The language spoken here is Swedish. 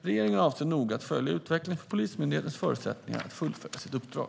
Regeringen avser att noga följa utvecklingen för Polismyndighetens förutsättningar att fullfölja sitt uppdrag.